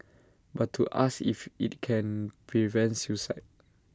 but to ask if IT can prevent suicide